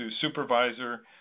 supervisor